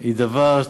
היא דבר,